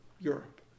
Europe